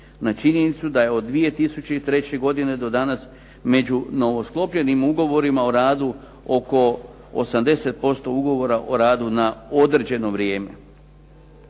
na činjenicu da je od 2003. godine do danas među novosklopljenim ugovorima o radu oko 80% ugovora o radu na određeno vrijeme.